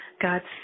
God's